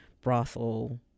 brothel